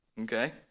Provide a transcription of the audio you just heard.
okay